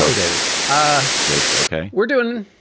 so david ah yes, ok. we're doing.